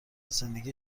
زندگی